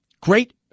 great